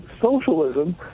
socialism